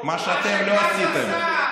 מה שאתם לא עשיתם.